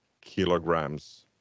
kilograms